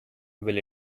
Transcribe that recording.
will